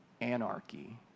Anarchy